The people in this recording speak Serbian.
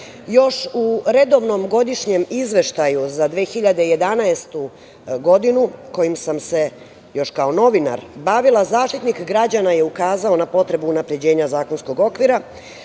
u redovnom godišnjem izveštaju za 2011. godinu kojim sam se još kao novinar bavila Zaštitnik građana je ukazao na potrebu unapređenja zakonskog okvira